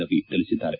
ರವಿ ತಿಳಿಸಿದ್ದಾರೆ